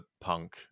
punk